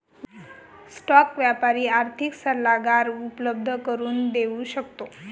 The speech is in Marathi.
स्टॉक व्यापारी आर्थिक सल्लागार उपलब्ध करून देऊ शकतो